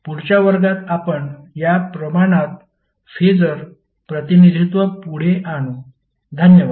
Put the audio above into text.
पुढच्या वर्गात आपण या प्रमाणात फेसर प्रतिनिधित्त्व पुढे आणू धन्यवाद